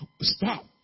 stop